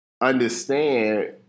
understand